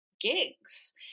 gigs